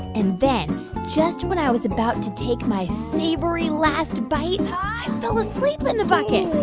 and then just when i was about to take my savory last bite, i fell asleep in the bucket,